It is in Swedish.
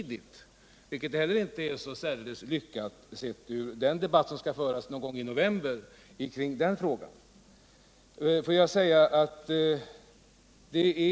Det är inte särdeles lyckat eftersom den kommer för tidigt, då debatten inte skall föras förrän någon gång i november.